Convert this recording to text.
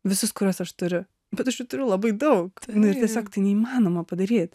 visus kuriuos aš turiu bet aš jų turiu labai daug ir tiesiog tai neįmanoma padaryt